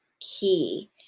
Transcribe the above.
key